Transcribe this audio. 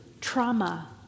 trauma